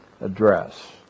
address